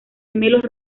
gemelos